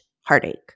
heartache